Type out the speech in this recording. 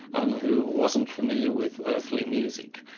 um who wasn't familiar with earthly music,